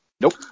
Nope